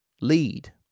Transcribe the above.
Lead